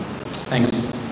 Thanks